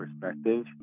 perspective